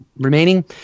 Remaining